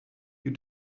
you